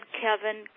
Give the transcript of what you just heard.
Kevin